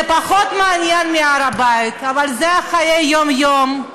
זה פחות מעניין מהר הבית, אבל זה חיי היום-יום,